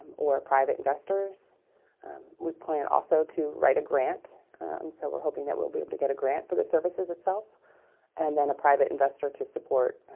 or private investors we plan also to write a grant so we're hoping that we'll be able to get a grant for the services itself and then a private investor to support,